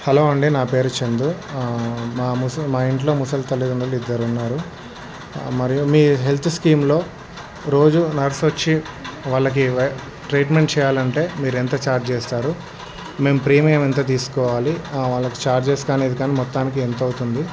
hello అండి నా పేరు చందు మా ముసలి మా ఇంట్లో ముసలి తల్లిదండ్రులు ఇద్దరు ఉన్నారు మరియు మీ హెల్త్ స్కీంలో రోజు నర్స్ వచ్చి వాళ్ళకి ట్రీట్మెంట్ చేయాలంటే మీరు ఎంత ఛార్జ్ చేస్తారు మేము ప్రీమియం ఎంత తీసుకోవాలి వాళ్ళకి ఛార్జెస్కి అనేది కానీ మొత్తానికి ఎంత అవుతుంది